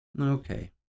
Okay